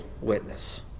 witness